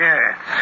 Yes